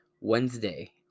Wednesday